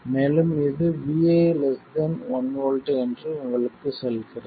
மேலும் இது vi ≤ 1 V என்று உங்களுக்குச் சொல்கிறது